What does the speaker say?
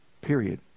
period